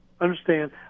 understand